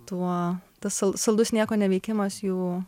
tuo tas sal saldus nieko neveikimas jų